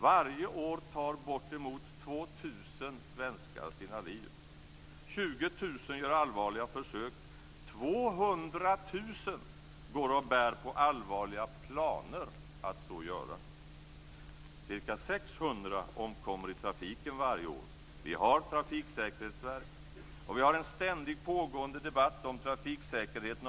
Varje år tar bortemot 2 000 svenskar sina liv. 20 000 gör allvarliga försök. 200 000 går och bär på allvarliga planer att göra så. Vi har ett trafiksäkerhetsverk, och vi har en ständigt pågående debatt om trafiksäkerheten.